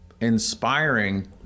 inspiring